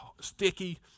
sticky